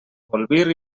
bolvir